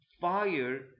fire